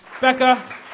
Becca